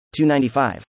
295